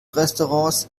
restaurants